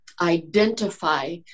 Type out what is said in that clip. identify